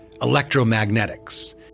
electromagnetics